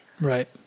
Right